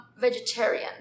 vegetarian